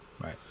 Right